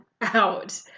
out